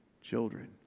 children